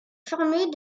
fermée